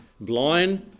blind